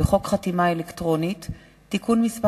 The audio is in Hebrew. בחוק חתימה אלקטרונית (תיקון מס'